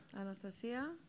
Anastasia